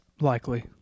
likely